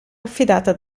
affidata